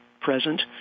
present